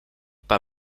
bei